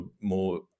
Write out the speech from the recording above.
more